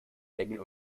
bengel